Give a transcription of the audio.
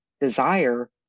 desire